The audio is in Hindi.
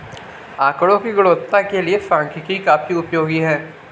आकड़ों की गुणवत्ता के लिए सांख्यिकी काफी उपयोगी है